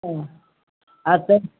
हँ अच्छा